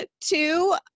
two